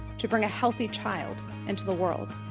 to bring a healthy child into the world.